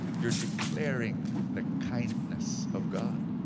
you're declaring the kindness of god.